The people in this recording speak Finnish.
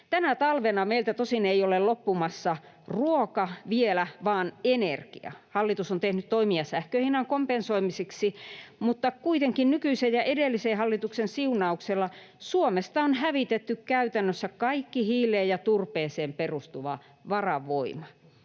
Tänä talvena meiltä tosin ei ole vielä loppumassa ruoka vaan energia. Hallitus on tehnyt toimia sähkön hinnan kompensoimiseksi, mutta kuitenkin nykyisen ja edellisen hallituksen siunauksella Suomesta on hävitetty käytännössä kaikki hiileen ja turpeeseen perustuva varavoima.